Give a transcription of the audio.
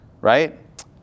right